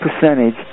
percentage